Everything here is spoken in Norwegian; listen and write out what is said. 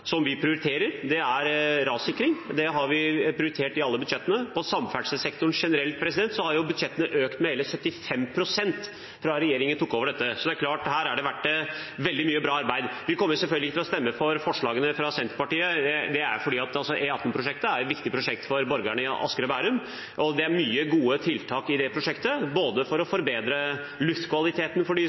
budsjettene økt med hele 75 pst. fra regjeringen tok over, så det er klart at her har det vært veldig mye bra arbeid. Vi kommer selvfølgelig ikke til å stemme for forslagene fra Senterpartiet. Det er fordi E18-prosjektet er et viktig prosjekt for borgerne i Asker og Bærum. Det er mange gode tiltak i det prosjektet, bl.a. for å forbedre luftkvaliteten for